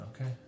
okay